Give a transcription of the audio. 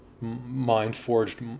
mind-forged